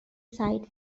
site